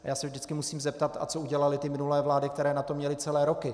A já se vždycky musím zeptat: a co udělaly ty minulé vlády, které na to měly celé roky?